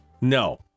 no